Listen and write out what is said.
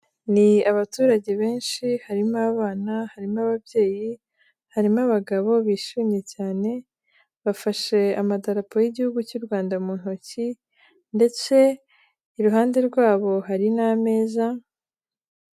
Ni abaturage benshi harimo abana, harimo ababyeyi, harimo abagabo bishimye cyane bafashe amadarapo y'igihugu cy'u Rwanda mu ntoki ndetse iruhande rwabo hari n'ameza...